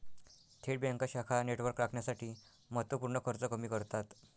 थेट बँका शाखा नेटवर्क राखण्यासाठी महत्त्व पूर्ण खर्च कमी करतात